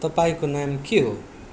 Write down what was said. तपाईँको नाम के हो